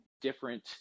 different